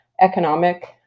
Economic